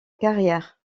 carrière